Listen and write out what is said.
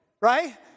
right